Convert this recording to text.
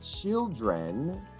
children